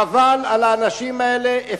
חבל על האנשים האלה.